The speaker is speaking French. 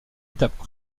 étape